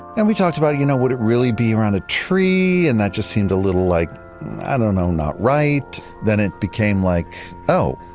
and we talked about you know would it really be around a tree and that just seemed a little, like i don't know, not right. then it became, like